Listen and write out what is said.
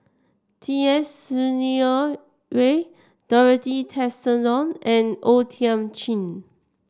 T S Sinnathuray Dorothy Tessensohn and O Thiam Chin